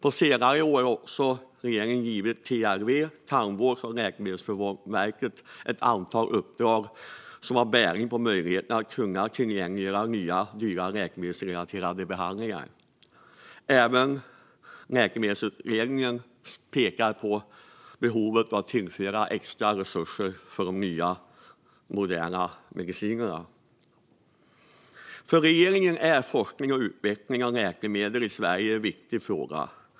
På senare år har regeringen gett TLV, Tandvårds och läkemedelsförmånsverket, ett antal uppdrag som har bäring på möjligheten att tillgängliggöra nya, dyra läkemedelsrelaterade behandlingar. Även Läkemedelsutredningen pekar på behovet av att tillföra extra resurser för de nya, moderna medicinerna. För regeringen är forskning och utveckling av läkemedel i Sverige en viktig fråga.